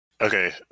Okay